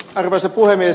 arvoisa puhemies